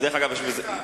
בני-אדם.